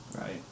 Right